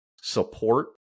support